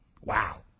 Wow